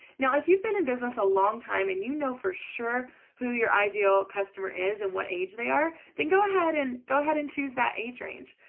now if you've been in business a long time and you. know for sure who your ideal customer is and what age. they are then go ahead and go ahead and choose that age range.